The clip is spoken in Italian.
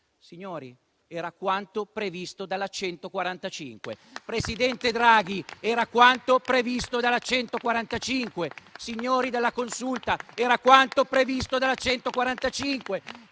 Signori, era quanto previsto dalla legge n. 145. Presidente Draghi, era quanto previsto dalla legge n. 145. Signori della Consulta, era quanto previsto dalla